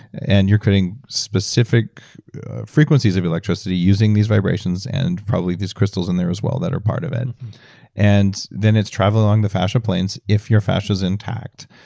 and you're creating specific frequencies of electricity using these vibrations and probably these crystals in there as well that are part of it and then it's traveling along the fascia planes if your fascia is intact,